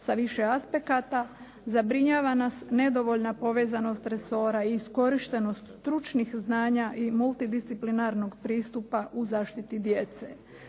sa više aspekata zabrinjava nas nedovoljna povezanost resora i iskorištenost stručnih znanja i multidisciplinarnog pristupa u zaštiti djece